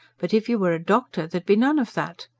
but if you were a doctor, there'd be none of that.